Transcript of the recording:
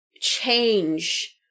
change